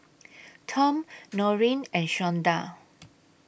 Tom Noreen and Shonda